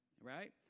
right